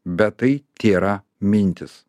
bet tai tėra mintis